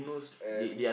and